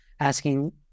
Asking